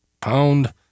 pound